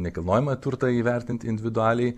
nekilnojamąjį turtą įvertint individualiai